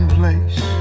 place